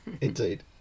Indeed